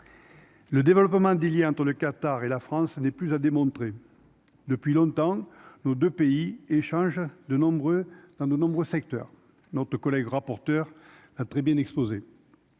le développement d'il y tôt le Qatar et la France n'est plus à démontrer depuis longtemps nos 2 pays, échange de nombreux dans de nombreux secteurs, notre collègue rapporteur a très bien exposé